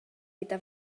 gyda